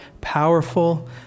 powerful